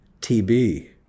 TB